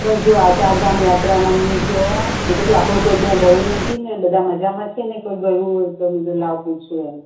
બસ જુવો આ ચારધામ યાત્રામાં નહીં જોયા એ બધું આપણે કોઈ ગયું નથી ને બધાં મજામાં છે ને કોઈ ગયું હોય તો લાવ પૂછીએ એમ